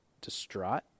distraught